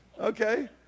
Okay